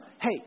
Hey